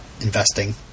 investing